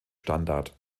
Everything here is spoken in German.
standard